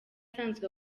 asanzwe